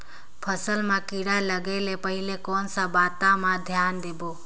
फसल मां किड़ा लगे ले पहले कोन सा बाता मां धियान देबो?